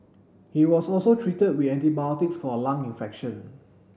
he was also treated with antibiotics for a lung infection